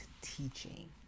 teaching